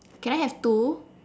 can I have two